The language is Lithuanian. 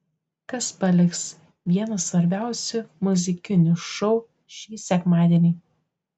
kas paliks vieną svarbiausių muzikinių šou šį sekmadienį